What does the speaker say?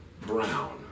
Brown